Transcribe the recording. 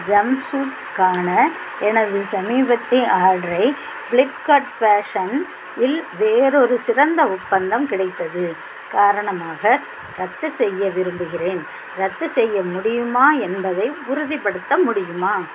ஜம்ப்சூட்க்கான எனது சமீபத்திய ஆர்டரை ப்ளிப்கார்ட் ஃபேஷன் இல் வேறொரு சிறந்த ஒப்பந்தம் கிடைத்தது காரணமாக ரத்து செய்ய விரும்புகிறேன் ரத்து செய்ய முடியுமா என்பதை உறுதிப்படுத்த முடியுமா